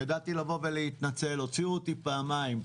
ידעתי לבוא ולהתנצל, הוציאו אותי פעמיים.